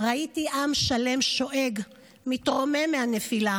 / ראיתי עם שלם שואג / מתרומם מהנפילה